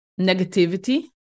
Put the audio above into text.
negativity